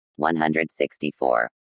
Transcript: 164